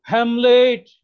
Hamlet